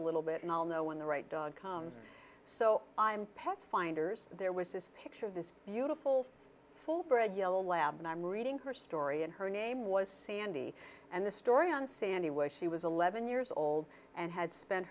a little bit and i'll know when the right dog comes so i'm petfinder there was this picture of this beautiful full bred yellow lab and i'm reading her story and her name was sandy and the story on sandy where she was eleven years old and had spent